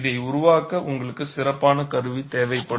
இதை உருவாக்க உங்களுக்கு சிறப்பான கருவி தேவைப்படும்